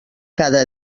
cada